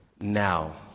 now